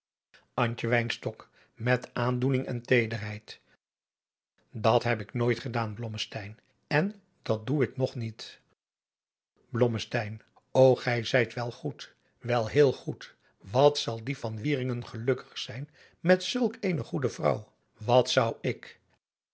aandoening en teederheid dat heb ik nooit gedaan blommesteyn on dat doe ik nog niet adriaan loosjes pzn het leven van johannes wouter blommesteyn blommesteyn o gij zijt wel goed wel heel goed wat zal die van wieringen gelukkig zijn met zulk eene goede vrouw wat zou ik